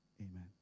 Amen